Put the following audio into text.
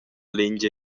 lingia